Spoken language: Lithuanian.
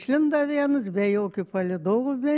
išlindo vienas be jokių palydovų be